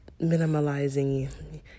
minimalizing